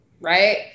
Right